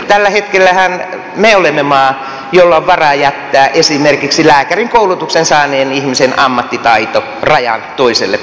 tällä hetkellähän me olemme maa jolla on varaa jättää esimerkiksi lääkärinkoulutuksen saaneen ihmisen ammattitaito rajan toiselle puolelle